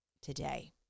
today